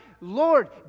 Lord